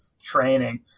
training